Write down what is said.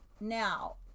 now